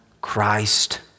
Christ